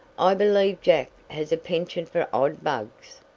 i believe jack has a penchant for odd bugs!